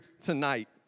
tonight